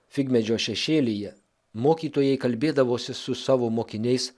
figmedžio šešėlyje mokytojai kalbėdavosi su savo mokiniais